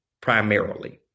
primarily